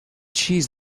cheese